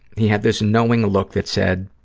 he had this knowing look that said,